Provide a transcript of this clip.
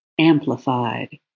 amplified